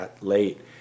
late